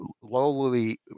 lowly